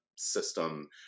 system